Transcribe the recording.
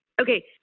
Okay